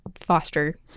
foster